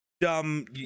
dumb